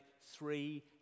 three